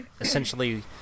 essentially